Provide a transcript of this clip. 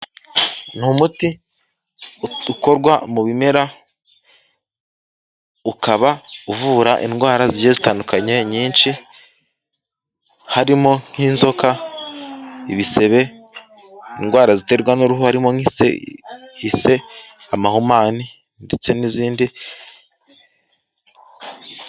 Ni umuti ukorwa mu bimera ukaba uvura indwara zigiye zitandukanye nyinshi harimo nk'inzoka ibisebe, indwara ziterwa n'uruhu harimo nk'ise ise amahumane ndetse n'izindi.